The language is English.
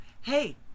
Hey